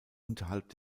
unterhalb